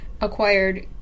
acquired